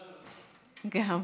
גם,